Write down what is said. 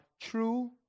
true